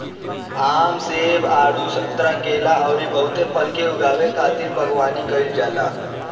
आम, सेब, आडू, संतरा, केला अउरी बहुते फल के उगावे खातिर बगवानी कईल जाला